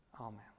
Amen